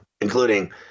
including